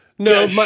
No